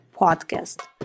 podcast